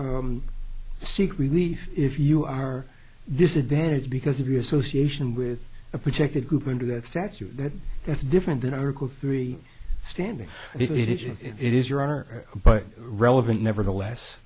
seek relief if you are disadvantaged because of the association with a protected group under that statute that that's different than i recall three standing it if it is your are but relevant nevertheless